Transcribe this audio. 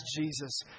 Jesus